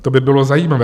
To by bylo zajímavé.